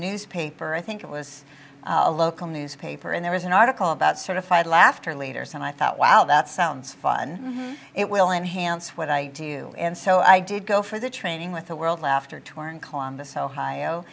newspaper i think it was a local newspaper and there is an article about certified laughter leaders and i thought wow that sounds fun it will enhance what i do and so i did go for the training with the world laughter torn columbus ohio